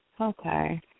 Okay